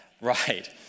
Right